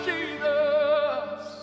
Jesus